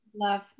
love